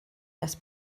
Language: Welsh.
nes